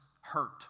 hurt